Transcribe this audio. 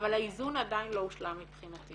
אבל האיזון עדיין לא הושלם מבחינתי